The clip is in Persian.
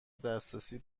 دسترسی